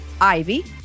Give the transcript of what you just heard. ivy